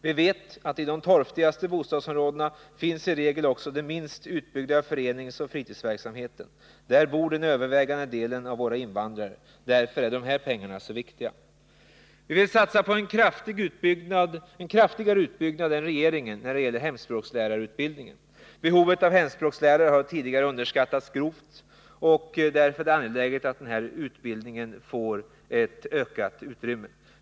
Vi vet att i de torftigaste bostadsområdena finns i regel också den minst utbyggda föreningsoch fritidsverksamheten. Där bor den övervägande delen av våra invandrare. Därför är dessa pengar så viktiga. 6. Vi vill satsa på en kraftigare utbyggnad än regeringen när det gäller hemspråkslärarutbildningen. Behovet av hemspråkslärare har tidigare underskattats grovt, och därför är det angeläget att denna utbildning får ett ökat utrymme.